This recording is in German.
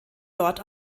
dort